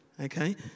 okay